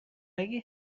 اگه